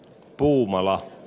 puumala